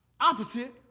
opposite